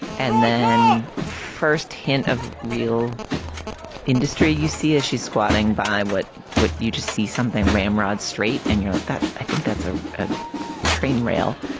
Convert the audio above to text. and then the first hint of real industry, you see she's squatting by what would you just see something ramrod straight and you're like that. i think that's a ah train rail.